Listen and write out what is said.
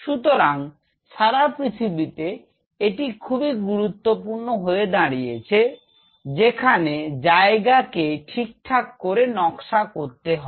সুতরাং সারা পৃথিবীতে এটি খুবই গুরুত্বপূর্ণ হয়ে দাঁড়িয়েছে যেখানে জায়গাকে ঠিকঠাক করে নকশা করতে হবে